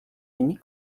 unis